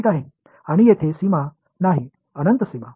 आणि येथे सीमा नाही अनंत सीमा